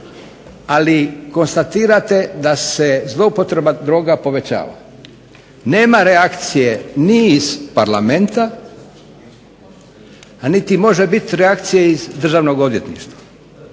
ali konstatirate da se zloupotreba droga povećava. Nema reakcije ni iz Parlamenta, a niti može biti reakcije iz državnog odvjetništva.